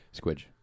Squidge